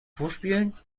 vorspielen